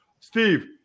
Steve